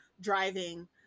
driving